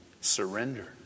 Surrender